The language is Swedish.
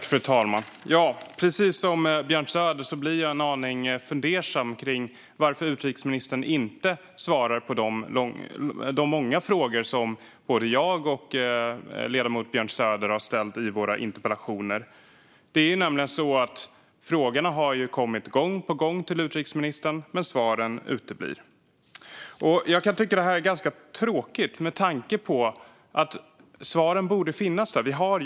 Fru talman! Precis som Björn Söder blir jag en aning fundersam kring varför utrikesministern inte svarar på de många frågor som både jag och ledamoten Björn Söder har ställt i våra interpellationer. Frågorna har nämligen ställts gång på gång till utrikesministern, men svaren uteblir. Jag kan tycka att detta är ganska tråkigt med tanke på att svaren borde finnas där.